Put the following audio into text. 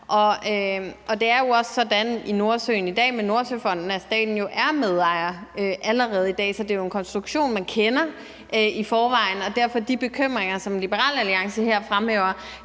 Det er jo også sådan i Nordsøen i dag med Nordsøfonden, at staten er medejer allerede i dag. Så det er jo en konstruktion, man kender i forvejen. Derfor kan vi for det første ikke følge de bekymringer, som Liberal Alliance her fremhæver.